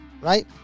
right